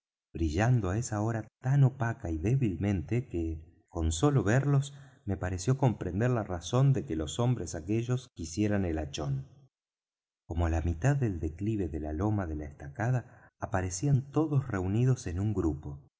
brillando á esa hora tan opaca y débilmente que con sólo verlos me pareció comprender la razón de que los hombres aquellos quisieran el hachón como á la mitad del declive de la loma de la estacada aparecían todos reunidos en un grupo